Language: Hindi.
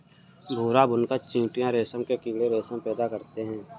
भूरा बुनकर चीटियां रेशम के कीड़े रेशम पैदा करते हैं